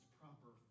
proper